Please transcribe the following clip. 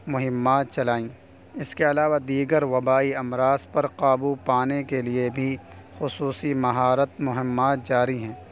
مہمات چلائیں اس کے علاوہ دیگر وبائی امراض پر قابو پانے کے لیے بھی خصوصی مہارت مہمات جاری ہیں